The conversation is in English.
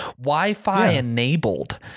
Wi-Fi-enabled